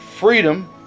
freedom